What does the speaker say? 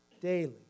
daily